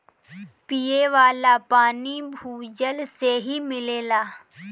पिये वाला पानी भूजल से ही मिलेला